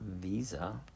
Visa